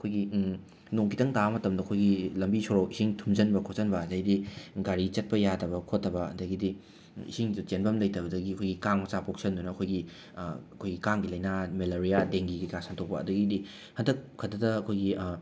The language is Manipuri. ꯑꯩꯈꯣꯏꯒꯤ ꯅꯣꯡ ꯈꯤꯇꯪ ꯇꯥꯕ ꯃꯇꯝꯗ ꯑꯩꯈꯣꯏꯒꯤ ꯂꯝꯕꯤ ꯁꯣꯔꯣꯛ ꯏꯁꯤꯡ ꯊꯨꯝꯖꯟꯕ ꯈꯣꯠꯆꯟꯕ ꯑꯗꯒꯤꯗꯤ ꯒꯥꯔꯤ ꯆꯠꯄ ꯌꯥꯗꯕ ꯈꯣꯠꯇꯕ ꯑꯗꯒꯤꯗꯤ ꯏꯁꯤꯡꯗꯣ ꯆꯦꯟꯕꯝ ꯂꯩꯇꯕꯗꯒꯤ ꯑꯈꯣꯏꯒꯤ ꯀꯥꯡ ꯃꯆꯥ ꯄꯣꯛꯁꯟꯗꯨꯅ ꯑꯩꯈꯣꯏꯒꯤ ꯑꯩꯈꯣꯏ ꯀꯥꯡꯒꯤ ꯂꯩꯅꯥ ꯃꯦꯂꯔꯤꯌꯥ ꯗꯦꯡꯒꯤ ꯀꯩꯀꯥ ꯁꯟꯗꯣꯛꯄ ꯑꯗꯒꯤꯗꯤ ꯍꯟꯇꯛ ꯈꯛꯇꯗ ꯑꯩꯈꯣꯏꯒꯤ